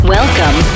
Welcome